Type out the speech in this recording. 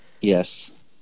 yes